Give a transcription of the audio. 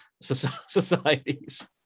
societies